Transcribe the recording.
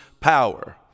power